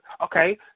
Okay